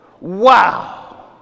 Wow